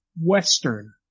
western